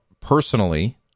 personally